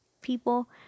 people